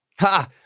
Ha